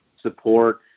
support